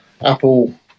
Apple